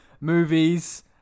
movies